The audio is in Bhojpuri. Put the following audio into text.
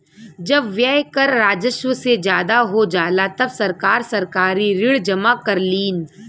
जब व्यय कर राजस्व से ज्यादा हो जाला तब सरकार सरकारी ऋण जमा करलीन